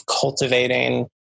cultivating